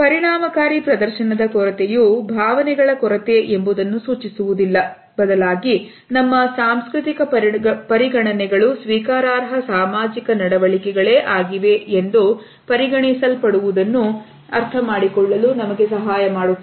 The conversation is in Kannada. ಪರಿಣಾಮಕಾರಿ ಪ್ರದರ್ಶನದ ಕೊರತೆಯೂ ಭಾವನೆಗಳ ಕೊರತೆ ಎಂಬುದನ್ನು ಸೂಚಿಸುವುದಿಲ್ಲ ಬದಲಾಗಿ ನಮ್ಮ ಸಾಂಸ್ಕೃತಿಕ ಪರಿಗಣನೆಗಳು ಸ್ವೀಕಾರಾರ್ಹ ಸಾಮಾಜಿಕ ನಡವಳಿಕೆಗಳೇ ಆಗಿವೆ ಎಂದು ಪರಿಗಣಿಸಲ್ಪಡುವುದನ್ನು ಅರ್ಥಮಾಡಿಕೊಳ್ಳಲು ನಮಗೆ ಸಹಾಯ ಮಾಡುತ್ತವೆ